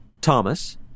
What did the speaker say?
Thomas